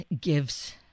gives